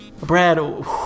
Brad